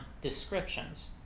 descriptions